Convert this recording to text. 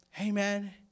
Amen